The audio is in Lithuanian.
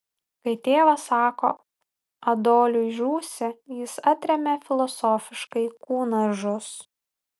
kai tėvas sako adoliui žūsi jis atremia filosofiškai kūnas žus